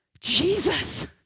Jesus